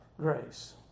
grace